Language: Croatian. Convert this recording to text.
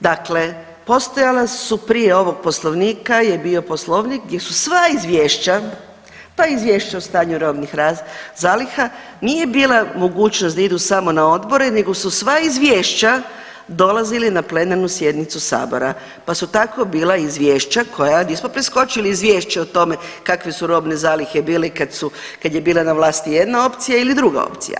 Dakle, postojala su prije ovog Poslovnika je bio poslovnik gdje su sva izvješća pa i izvješća o stanju robnih zaliha nije bila mogućnost da idu samo na odbore, nego su sva izvješća dolazili na plenarnu sjednicu sabora pa su tako bila i izvješća koja, nismo preskočili izvješće o tome kakve su robne zalihe bile kad su, kad je na vlasti bila jedna opcija ili druga opcija.